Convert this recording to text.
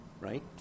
right